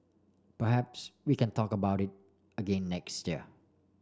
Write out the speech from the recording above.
perhaps we can talk about it again next year